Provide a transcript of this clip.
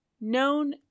Known